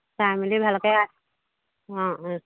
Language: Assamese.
চাই মেলি ভালকৈ অঁ অঁ